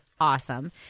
awesome